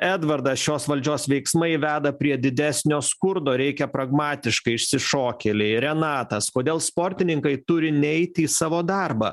edvardas šios valdžios veiksmai veda prie didesnio skurdo reikia pragmatiškai išsišokėliai renatas kodėl sportininkai turi neiti į savo darbą